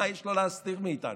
מה יש לו להסתיר מאיתנו?